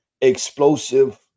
explosive